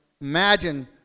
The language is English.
imagine